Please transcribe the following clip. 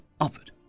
offered